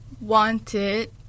wanted